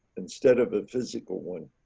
instead of a physical one.